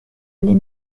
les